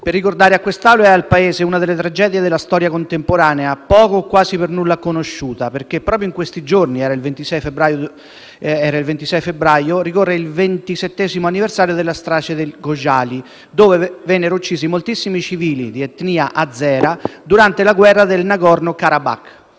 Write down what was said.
per ricordare a quest'Assemblea e al Paese una delle tragedie della storia contemporanea, poco o quasi per nulla conosciuta. Proprio in questi giorni (era il 26 febbraio) ricorre il ventisettesimo anniversario della strage di Khojaly, dove vennero uccisi moltissimi civili di etnia azera durante la guerra del Nagorno Karabakh.